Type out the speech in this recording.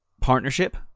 partnership